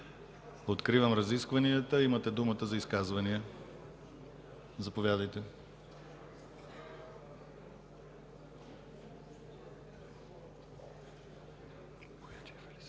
Откривам разискванията. Имате думата за изказвания. Заповядайте,